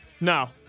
No